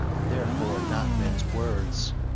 and therefore not men's words.